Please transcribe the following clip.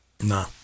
No